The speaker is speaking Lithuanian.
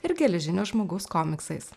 ir geležinio žmogaus komiksais